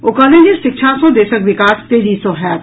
ओ कहलनि जे शिक्षा सँ देशक विकास तेजी सँ होयत